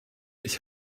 ich